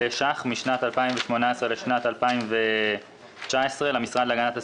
שקלים משנת 2018 לשנת 2019 למשרד להגנת הסביבה.